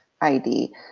ID